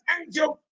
Angel